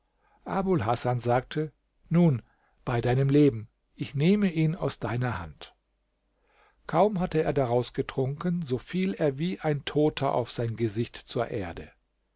hasan sagte nun bei deinem leben ich nehme ihn aus deiner hand kaum hatte er daraus getrunken so fiel er wie ein toter auf sein gesicht zur erde